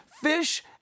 fish